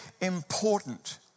important